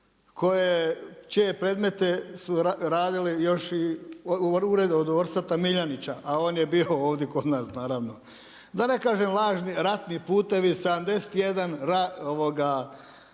čije predmete su radili ured od Orsata Miljenića a on je bio ovdje kod nas naravno, da ne kažem lažni ratni putevi 71 borbeni